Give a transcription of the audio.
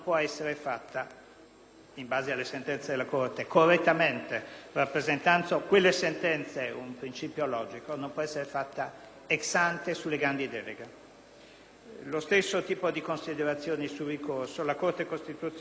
in base alle sentenze della Corte, correttamente: rappresentando quelle sentenze un principio logico, non può essere fatta *ex ante* sulle grandi deleghe. Lo stesso tipo di considerazioni sul ricorso la Corte costituzionale ha fatto